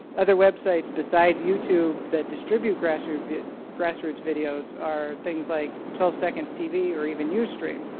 other websites besides youtube that distribute grassroots grassroots videos are things like twelve seconds tv or even ustream.